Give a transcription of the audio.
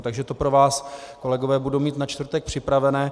Takže to pro vás, kolegové, budu mít na čtvrtek připravené.